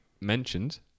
mentioned